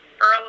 Earl